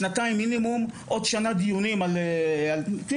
שנתיים מינימום ועוד שנה דיונים על ---,